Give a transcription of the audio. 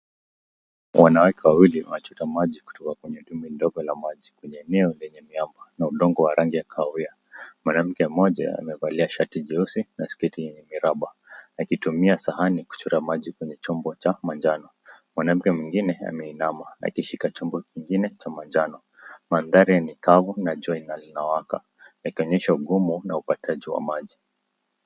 Wanawake wawili wanachota maji kutoka kwenye tundu dogo la maji, kwenye eneo lenye miamba na udongo wa kahawia. Mwanamke moja amevalia shati jeusi na siketi yenye miramba akitumia sahani kuchota maji kwenye chombo cha majano. Mwanamke mwingine ameinama akishika chombo kingine cha majano. Mahadhari ya nchi kavu na jua lina waka yakionyesha ungumu na upataji wa maji.